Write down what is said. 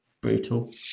brutal